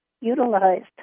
utilized